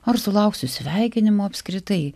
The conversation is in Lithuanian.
ar sulauksiu sveikinimų apskritai